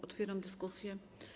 Otwieram dyskusję.